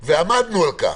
ועמדנו על כך,